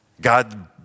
God